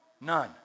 None